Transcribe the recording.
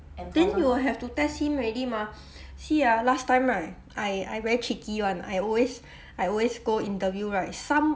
then you will have to test him already mah see ah last time right I I very cheeky [one] I always I always go interview right some